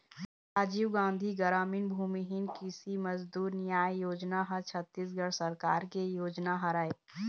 राजीव गांधी गरामीन भूमिहीन कृषि मजदूर न्याय योजना ह छत्तीसगढ़ सरकार के योजना हरय